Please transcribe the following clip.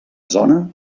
zona